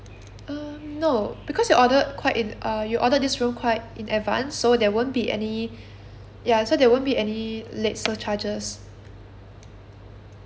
um no because you ordered quite in uh you order this room quite in advance so there won't be any ya so there won't be any late surcharges